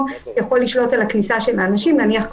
יכול לשלוט על הכניסה של האנשים נניח,